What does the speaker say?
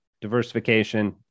diversification